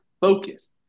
focus